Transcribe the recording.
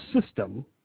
system